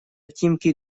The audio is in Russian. тимки